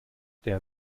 der